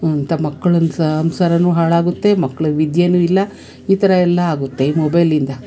ಅಂತ ಮಕ್ಳನ್ನ ಸಂಸಾರನ್ನ ಹಾಳಾಗುತ್ತೆ ಮಕ್ಳಿಗೆ ವಿದ್ಯೆಯು ಇಲ್ಲ ಈ ಥರ ಎಲ್ಲ ಆಗುತ್ತೆ ಈ ಮೊಬೈಲಿಂದ